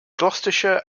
gloucestershire